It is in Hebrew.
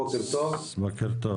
בוקר טוב,